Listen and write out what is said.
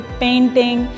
painting